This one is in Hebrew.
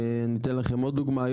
ניתן לכם עוד דוגמה,